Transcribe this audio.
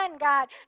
God